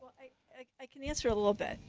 i i can answer a little bit.